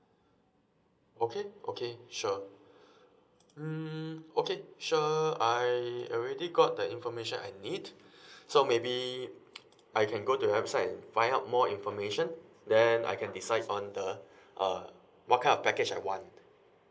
okay okay sure mm okay sure I already got the information I need so maybe I can go to your website and find out more information then I can decide on the uh what kind of package I want